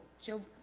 joe